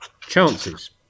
chances